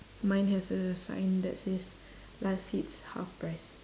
mine has a sign that says last seats half price